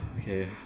okay